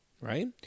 right